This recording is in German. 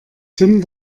tim